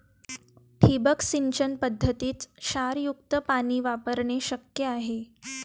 ठिबक सिंचन पद्धतीत क्षारयुक्त पाणी वापरणे शक्य आहे